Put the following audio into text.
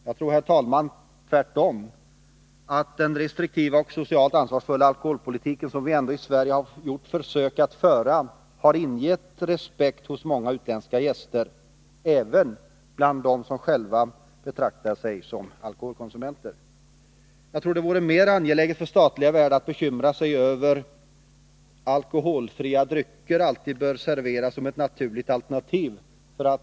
Jagtror, herr talman, tvärtemot, att den restriktiva och socialt ansvarsfulla alkoholpolitik som vi ändå i Sverige har gjort försök att föra, har ingett respekt hos många utländska gäster, även bland dem som själva betraktar sig som alkoholkonsumenter. Jag tror att det vore mer angeläget för statliga värdar att bekymra sig om att, för att tala med socialutskottet, alkoholfria drycker alltid bör serveras som ett naturligt alternativ.